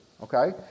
okay